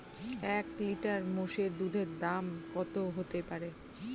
এক লিটার মোষের দুধের দাম কত হতেপারে?